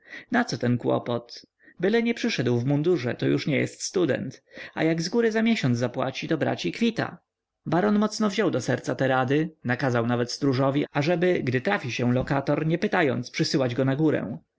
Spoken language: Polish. studentem naco ten kłopot byle nie przyszedł w mundurze to już nie student a jak zgóry za miesiąc zapłaci to brać i kwita baron mocno wziął do serca te rady nakazał nawet stróżowi ażeby gdy trafi się lokator nie pytając przysłał go na górę